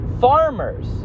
farmers